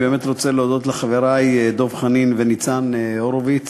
אני באמת רוצה להודות לחברי דב חנין וניצן הורוביץ